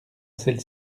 celle